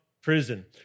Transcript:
prison